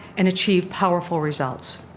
and achieve powerful results.